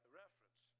reference